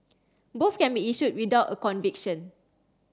both can be issued without a conviction